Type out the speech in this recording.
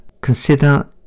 Consider